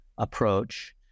approach